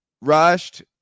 Rushed